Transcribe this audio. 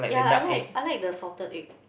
yeah I like I like the salted egg